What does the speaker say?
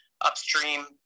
upstream